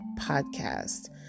Podcast